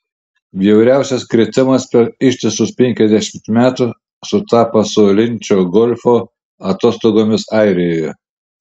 bjauriausias kritimas per ištisus penkiasdešimt metų sutapo su linčo golfo atostogomis airijoje